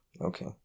Okay